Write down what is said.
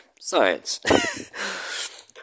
science